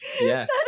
yes